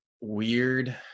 weird